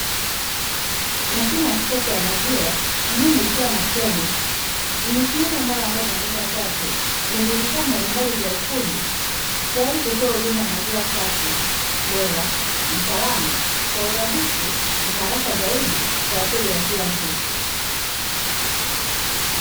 Mashine ya kisasa ya maziwa inayomilikiwa na claudemis nimesimama imara ndani ya duka safi reji vifaa mbalimbali vya ufundi, tayari kutoa huduma ya maziwa safi bora masalama kwa urahisi na haraka zaidi kwa wateja wa kila siku.